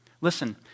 Listen